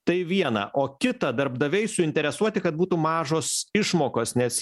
tai viena o kita darbdaviai suinteresuoti kad būtų mažos išmokos nes